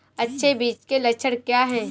अच्छे बीज के लक्षण क्या हैं?